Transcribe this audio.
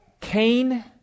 Cain